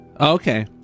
Okay